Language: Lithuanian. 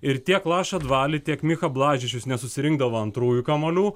ir tiek laša dvali tiek micha blažičius nesusirinkdavo antrųjų kamuolių